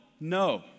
No